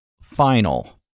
final